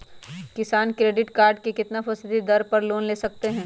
किसान credit card कितना फीसदी दर पर लोन ले सकते हैं?